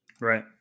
right